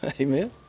Amen